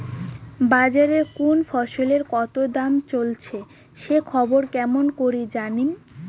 বাজারে কুন ফসলের কতো দাম চলেসে সেই খবর কেমন করি জানীমু?